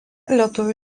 lietuvių